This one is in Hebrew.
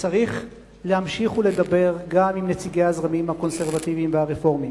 שצריך להמשיך ולדבר גם עם נציגי הזרמים הקונסרבטיבי והרפורמי.